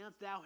Thou